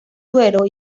duero